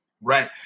right